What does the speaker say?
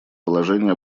положения